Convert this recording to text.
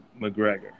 McGregor